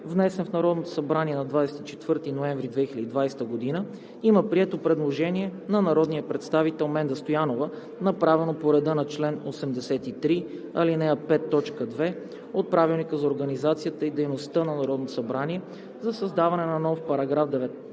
внесен в Народното събрание на 24 ноември 2020 г., има прието предложение на народния представител Менда Стоянова, направено по реда на чл. 83, ал. 5, т. 2 от Правилника за организацията и дейността на Народното събрание, за създаване на нов § 13